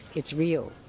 it's real.